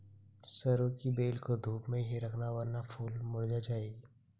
सरू की बेल को धूप में ही रखना वरना फूल मुरझा जाएगी